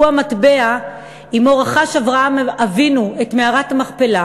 הוא המטבע שבו רכש אברהם אבינו את מערת המכפלה,